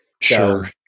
Sure